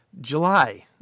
July